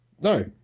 No